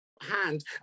hand